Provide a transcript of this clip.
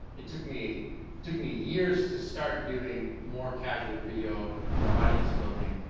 it took me took me years to start doing more casual video for audience building,